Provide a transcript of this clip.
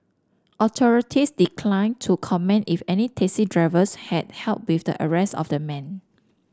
authorities declined to comment if any taxi drivers had help with the arrest of the man